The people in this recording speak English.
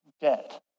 dead